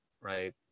right